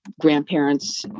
grandparents